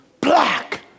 black